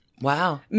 Wow